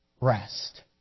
rest